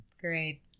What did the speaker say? Great